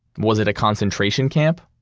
was it a concentration camp,